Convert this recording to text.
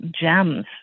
Gems